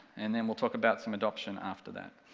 and then we'll talk about some adoption after that.